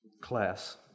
class